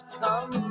come